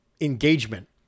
engagement